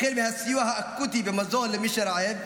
החל מהסיוע האקוטי במזון למי שרעב,